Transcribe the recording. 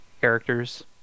characters